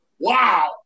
Wow